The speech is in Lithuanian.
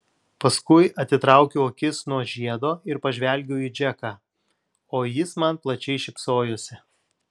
paskui atitraukiau akis nuo žiedo ir pažvelgiau į džeką o jis man plačiai šypsojosi